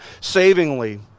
savingly